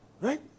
right